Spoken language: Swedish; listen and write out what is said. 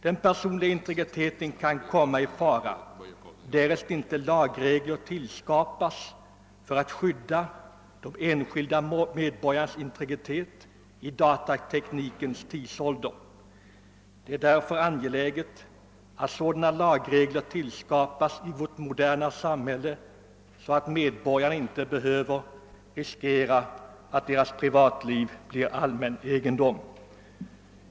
Den personliga integriteten kan komma i fara, därest inte lagregler tillskapas för att skydda de enskilda medborgarnas integritet i datateknikens tidsålder. Det är därför angeläget att sådana lagregler införes i vårt moderna samhälle att medborgarna inte behöver riskera att deras privatliv blir allmän egendom.